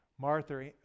Martha